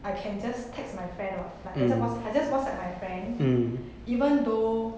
I can just text my friend [what] like I just wha~ I just whatsapp my friend even though